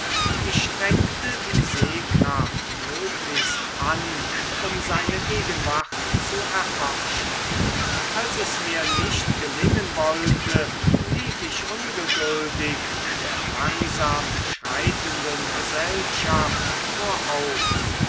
ich strengte die sehkraft möglichst an um seine gegenwart zu erforschen als es mir nicht gelingen wollte lief ich ungeduldig der langsam schreitenden gesellschaft voraus